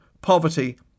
poverty